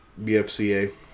BFCA